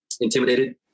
intimidated